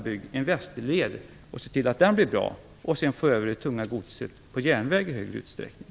Bygg en västerled i stället, se till att den blir bra och för över tunga godstransporter på järnväg i större utsträckning.